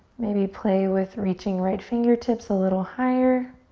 maybe play with reaching right fingertips a little higher.